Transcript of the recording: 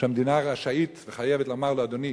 שהמדינה רשאית וחייבת לומר לו: אדוני,